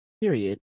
period